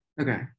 Okay